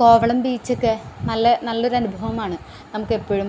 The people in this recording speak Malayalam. കോവളം ബീച്ചൊക്കെ നല്ല നല്ല ഒരു അനുഭവമാണ് നമുക്ക് എപ്പോഴും